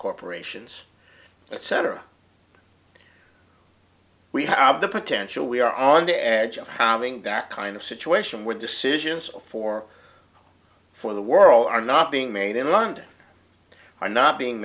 corporations etc we have the potential we are on the edge of having that kind of situation where decisions for for the world are not being made in london are not being